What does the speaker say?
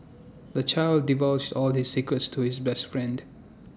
the child divulged all his secrets to his best friend